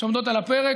שעמדו על הפרק,